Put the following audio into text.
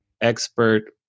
expert